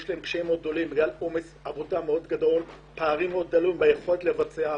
בגלל עומס עבודה מאוד גדול ופערים מאוד גדולים ביכולת לבצע.